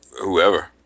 Whoever